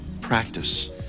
practice